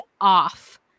off